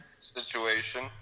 situation